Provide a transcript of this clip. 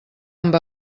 amb